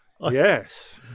Yes